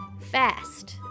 fast